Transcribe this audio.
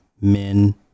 men